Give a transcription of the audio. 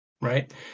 right